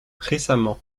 récemment